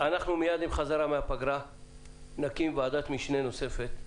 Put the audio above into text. מייד עם החזרה מהפגרה נקים ועדת משנה נוספת על